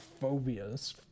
phobias